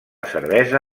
cervesa